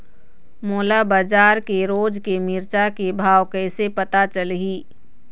मोला बजार के रोज के मिरचा के भाव कइसे पता चलही?